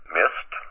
missed